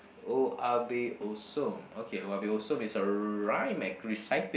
oya-beh-ya-som okay oya-beh-ya-som is a rhyme recited